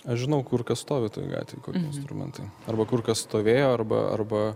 aš žinau kur kas stovi toj gatvėj instrumentai arba kur kas stovėjo arba arba